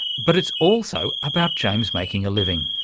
but it's also about james making a living.